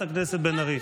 חברת הכנסת בן ארי.